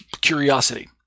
curiosity